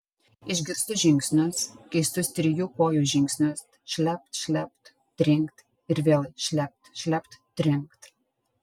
išgirstu žingsnius keistus trijų kojų žingsnius šlept šlept trinkt ir vėl šlept šlept trinkt